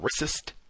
racist